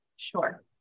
Sure